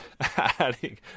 adding